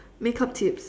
makeup tips